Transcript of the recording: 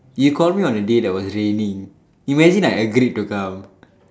you called me on a day that was raining imagine I agreed to come